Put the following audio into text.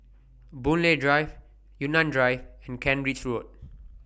Boon Lay Drive Yunnan Drive and Kent Ridge Road